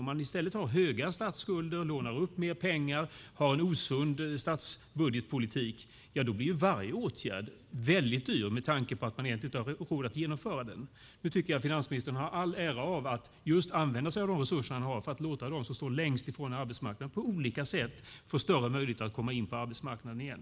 Har man i stället höga statsskulder, lånar mer pengar och har en osund statsbudgetpolitik blir varje åtgärd väldigt dyr, med tanke på att man egentligen inte har råd att genomföra den. Finansministern ska ha all ära för att han använder sig av de resurser han har för att låta de som står längst från arbetsmarknaden på olika sätt få större möjlighet att komma in på arbetsmarknaden igen.